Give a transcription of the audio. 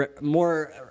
more